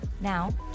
Now